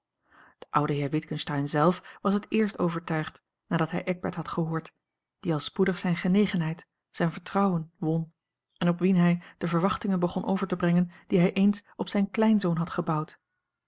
de oude heer witgensteyn zelf was het eerst overtuigd nadat hij eckbert had gehoord die al spoedig zijne genegenheid zijn vertrouwen won en op wien hij de verwachtingen begon over te brengen die hij eens op zijn kleinzoon had gebouwd